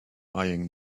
eyeing